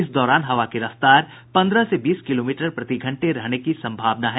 इस दौरान हवा की रफ्तार पंद्रह से बीस किलोमीटर प्रतिघंटे रहने की संभावना है